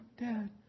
dad